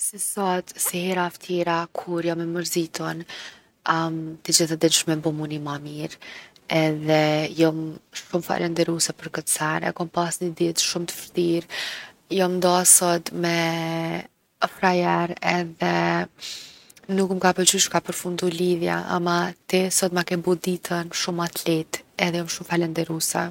Si sot si herave tjera kur jom e mërzitun, ti gjithë e din qysh me m’bo mu ni ma mirë edhe jom shumë felenderuse për kët sen, e kom pas ni ditë shumë t’fshtirë. Jom nda sot me frajer edhe nuk m’ka pëlqy qysh ka përfundu lidhja ama ti sot ma ke bo ditën shumë ma t’lehtë edhe jom shumë falenderuse.